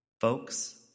Folks